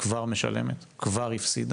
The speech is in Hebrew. המדינה כבר משלמת, כבר מפסידה.